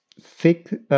thick